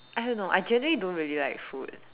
I don't know I generally don't really like food